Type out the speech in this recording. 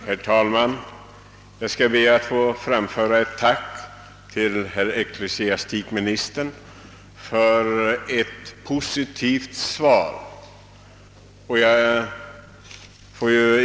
Herr talman! Jag skall be att få framföra mitt tack till ecklesiastikministern för det positiva svaret.